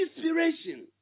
Inspiration